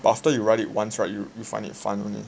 but after you ride it once right you will find it fun only